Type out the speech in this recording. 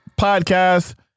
Podcast